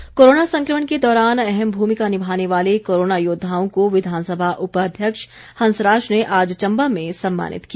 सम्मान कोरोना संक्रमण के दौरान अहम भूमिका निभाने वाले कोरोना योद्वाओं को विधानसभा उपाध्यक्ष हंसराज ने आज चम्बा में सम्मानित किया